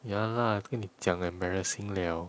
ya lah 给你讲 embarrassing liao